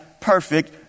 perfect